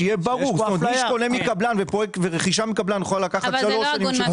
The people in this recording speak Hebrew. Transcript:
שיהיה ברור שרכישה מקבלן יכולה לקחת כשלוש שנים.